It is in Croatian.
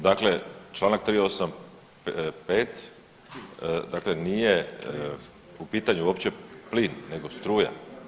Dakle, članak 385. dakle nije u pitanju uopće plin nego struja.